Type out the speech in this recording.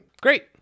Great